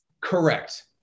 Correct